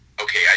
okay